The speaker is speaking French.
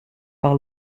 par